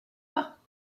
pas